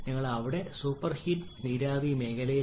നിങ്ങൾ അവിടെ സൂപ്പർഹീഡ് നീരാവി മേഖലയിലാണ്